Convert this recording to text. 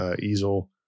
easel